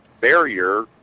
barrier